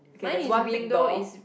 okay there's one big door